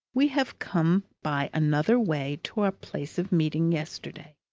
we have come by another way to our place of meeting yesterday,